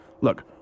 Look